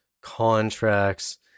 contracts